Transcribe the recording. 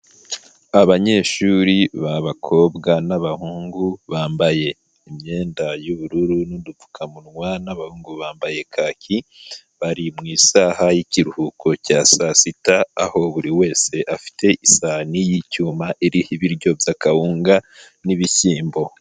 Abanyeshuri b'abakobwa n'abahungu bambaye imyenda y'ubururu n'udupfukamunwa n'abahungu bambaye kaki, bari mu isaha y'ikiruhuko cya saa sita, aho buri wese afite isahani y'icyuma iriho ibiryo by'akawunga n'ibishyimbo.